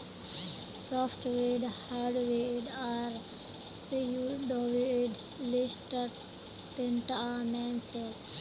softwood hardwood आर pseudowood लिस्टत तीनटा मेन छेक